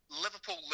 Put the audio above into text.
Liverpool